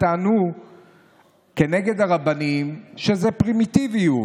טענו כנגד הרבנים שזו פרימיטיביות.